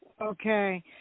Okay